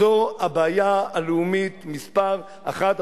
זו הבעיה הלאומית מספר אחת,